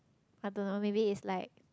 I don't know maybe it's like